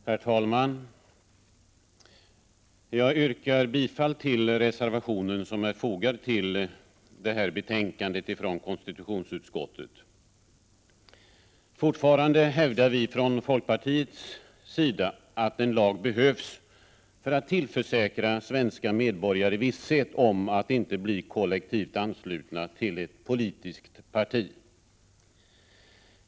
Herr talman! Jag yrkar bifall till den reservation som är fogad till konstitutionsutskottets betänkande 12. Fortfarande hävdar vi från folkpartiets sida att en lag behövs för att tillförsäkra svenska medborgare visshet om att inte bli kollektivt anslutna till ett politiskt parti.